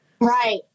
Right